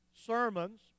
sermons